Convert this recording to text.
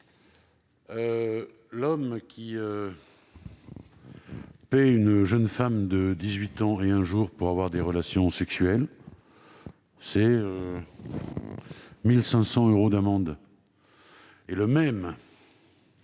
L'homme qui paie une jeune femme de 18 ans et un jour pour avoir des relations sexuelles s'expose à 1 500 euros d'amende. Le même